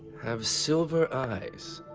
have silver eyes.